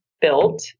built